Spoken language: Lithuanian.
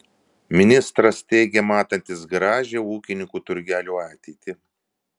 ministras teigė matantis gražią ūkininkų turgelių ateitį